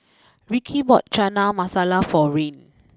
Ricki bought Chana Masala for Rayne